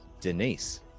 Denise